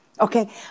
Okay